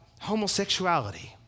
homosexuality